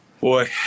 Boy